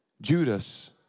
Judas